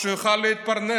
שהוא יוכל להתפרנס,